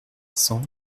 cent